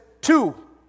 two